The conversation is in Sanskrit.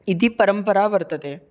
इति परम्परा वर्तते